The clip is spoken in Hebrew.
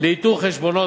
לאיתור חשבונות,